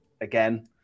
again